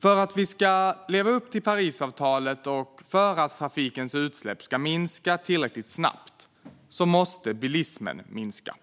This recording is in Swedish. För att vi ska leva upp till Parisavtalet och för att trafikens utsläpp ska minska tillräckligt snabbt måste bilismen minska.